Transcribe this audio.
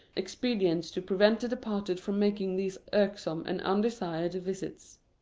expedients to prevent the departed from making these irksome and undesired visits.